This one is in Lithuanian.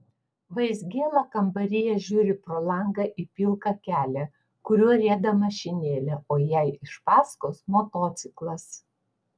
vaizgėla kambaryje žiūri pro langą į pilką kelią kuriuo rieda mašinėlė o jai iš paskos motociklas